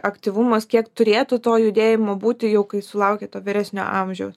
aktyvumas kiek turėtų to judėjimo būti jau kai sulaukia to vyresnio amžiaus